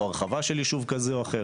או הרחבה של ישוב כזה או אחר.